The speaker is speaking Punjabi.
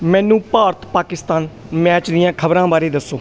ਮੈਨੂੰ ਭਾਰਤ ਪਾਕਿਸਤਾਨ ਮੈਚ ਦੀਆਂ ਖਬਰਾਂ ਬਾਰੇ ਦੱਸੋ